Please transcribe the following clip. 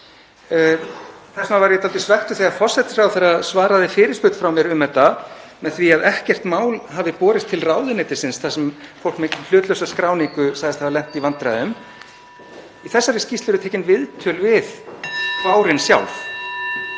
Þess vegna var ég dálítið svekktur þegar forsætisráðherra svaraði fyrirspurn frá mér um þetta með því að ekkert mál hefði borist til ráðuneytisins þar sem fólk með hlutlausa skráningu segðist hafa lent í vandræðum. Í þessari skýrslu eru tekin viðtöl við kvárin sjálf.